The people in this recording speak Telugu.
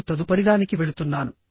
నేను తదుపరిదానికి వెళుతున్నాను